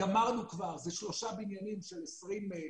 גמרנו כבר, זה שלושה בניינים של 20 קומות.